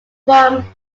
from